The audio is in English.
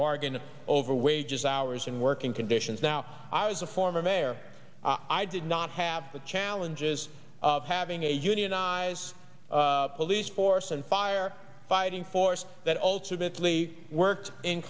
bargain over wages hours and working conditions now i was a former mayor i did not have the challenges of having a unionize police force and fire fighting force that ultimately worked in